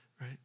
right